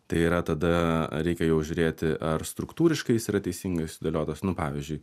tai yra tada reikia jau žiūrėti ar struktūriškai jis yra teisingai sudėliotas nu pavyzdžiui